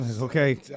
Okay